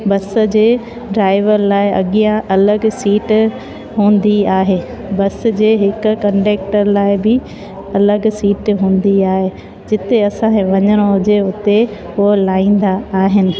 बस जे ड्राइवर लाइ अॻियां अलॻि सिट हूंदी आहे बस जे हिकु कंडक्टर लाइ बि अलॻि सिट हूंदी आहे जिते असांखे वञिणो हुजे उते उहे लाईंदा आहिनि